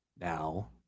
now